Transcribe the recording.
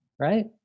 right